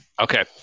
Okay